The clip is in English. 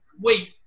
wait